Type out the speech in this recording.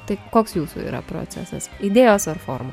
tai koks jūsų yra procesas idėjos ar forma